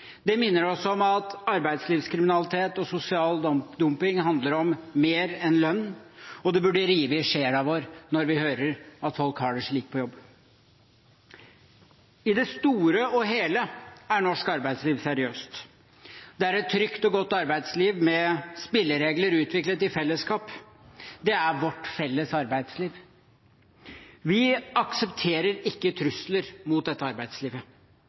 Det minner oss om at arbeidslivskriminalitet og sosial dumping handler om mer enn lønn, og det burde rive i sjela vår når vi hører at folk har det slik på jobb. I det store og hele er norsk arbeidsliv seriøst. Det er et trygt og godt arbeidsliv, med spilleregler utviklet i fellesskap. Det er vårt felles arbeidsliv. Vi aksepterer ikke trusler mot dette arbeidslivet.